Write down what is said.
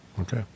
okay